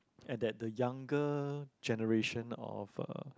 at that the younger generation of uh